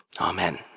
Amen